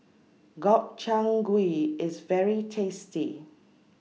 Gobchang Gui IS very tasty